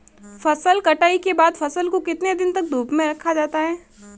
फसल कटाई के बाद फ़सल को कितने दिन तक धूप में रखा जाता है?